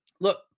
Look